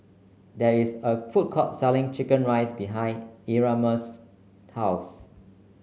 there is a food court selling chicken rice behind Erasmus' house